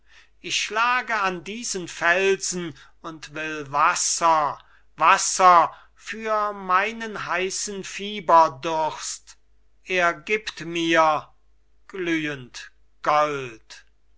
ich schlage an diesen felsen und will wasser wasser für meinen heißen fieberdurst er gibt mir glühend gold